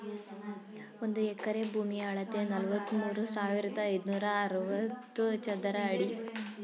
ಒಂದು ಎಕರೆ ಭೂಮಿಯ ಅಳತೆ ನಲವತ್ಮೂರು ಸಾವಿರದ ಐನೂರ ಅರವತ್ತು ಚದರ ಅಡಿ